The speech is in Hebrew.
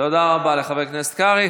תודה רבה לחבר הכנסת קרעי.